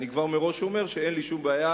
אני אומר מראש שאין לי שום בעיה